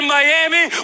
Miami